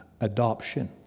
adoption